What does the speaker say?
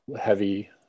heavy